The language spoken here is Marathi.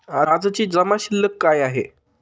आजची जमा शिल्लक काय आहे?